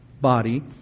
body